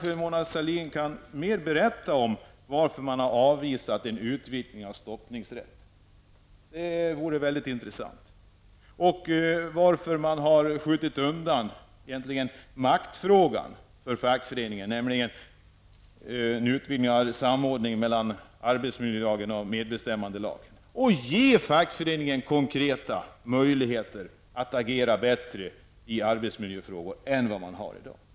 Kan Mona Sahlin berätta mera om varför en utvidgad stoppningsrätt har avvisats? Det vore intressant att få veta. Varför har maktfrågan för fackföreningen skjutits undan, dvs. när det gäller en utvidgning av samordningen mellan arbetsmiljölagen och medbestämmandelagen? Ge fackföreningen konkreta möjligheter att agera bättre i arbetsmiljöfrågor i dag.